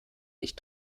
ich